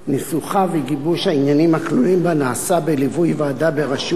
ניסוחה וגיבוש העניינים הכלולים בה נעשה בליווי ועדה בראשות